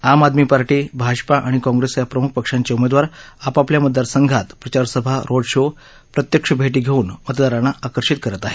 आम आदमी पार्टी भाजपा आणि काँग्रेस या प्रमुख पक्षांचे उमेदवार आपापल्या मतदारसंघात प्रचारसभा रोड शो प्रत्यक्ष भेटी घेऊन मतदारांना आकर्षित करत आहेत